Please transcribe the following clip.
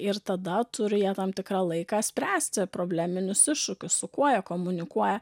ir tada turi jie tam tikrą laiką spręsti probleminius iššūkius su kuo jie komunikuoja